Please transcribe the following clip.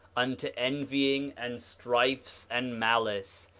unto envying, and strifes, and malice,